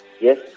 yes